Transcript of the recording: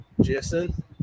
Jason